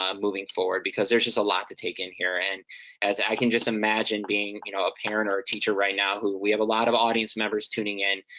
um moving forward, because there's just a lot to take in here. and as i can just imagine being you know a parent or a teacher right now who, we have a lot of audience members tuning in,